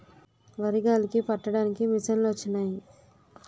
వరి గాలికి పట్టడానికి మిసంలొచ్చినయి